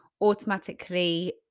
automatically